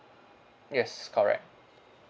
yes correct